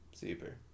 super